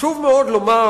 חשוב מאוד לומר,